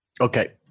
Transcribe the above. Okay